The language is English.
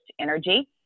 energy